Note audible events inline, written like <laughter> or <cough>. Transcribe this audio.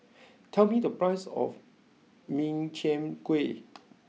<noise> tell me the price of Min Chiang Kueh